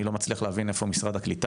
אני לא מצליח להבין איפה משרד הקליטה